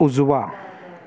उजवा